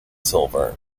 silver